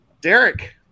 Derek